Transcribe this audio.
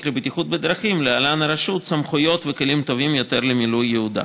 לבטיחות בדרכים סמכויות וכלים טובים יותר למילוי יעודה.